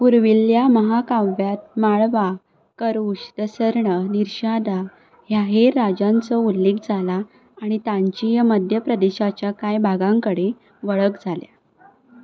पुर्विल्ल्या महाकाव्यात माळवा करूष दसर्ण निर्षादा ह्या हेर राजांचो उल्लेख जाला आनी तांचीय मध्यप्रदेशाच्या कांय भागां कडेन वळख जाल्या